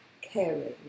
caring